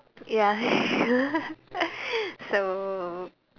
ya so